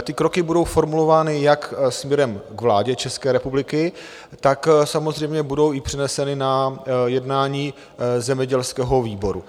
Ty kroky budou formulovány jak směrem k vládě České republiky, tak samozřejmě budou přeneseny na jednání zemědělského výboru.